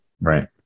Right